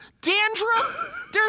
dandruff